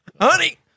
Honey